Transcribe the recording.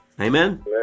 Amen